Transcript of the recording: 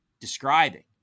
describing